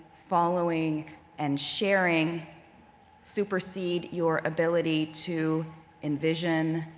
following and sharing supersede your ability to envision,